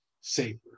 safer